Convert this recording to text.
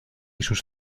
sus